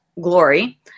glory